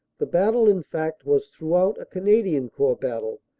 the battle, in fact, was throughout a canadian corps battle,